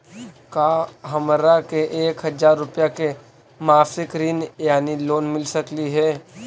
का हमरा के एक हजार रुपया के मासिक ऋण यानी लोन मिल सकली हे?